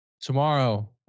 Tomorrow